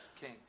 king